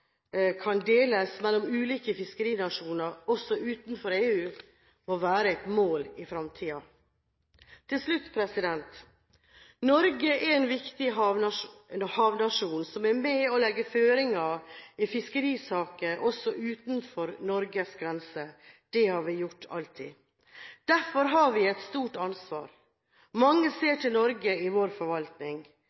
kan deles mellom ulike fiskerinasjoner også utenfor EU, må være et mål i framtiden. Til slutt: Norge er en viktig havnasjon som er med på å legge føringer i fiskerisaker også utenfor Norges grenser. Det har vi alltid gjort, og derfor har vi et stort ansvar. Mange ser til Norge i vår forvaltning.